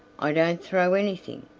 i didn't throw anything,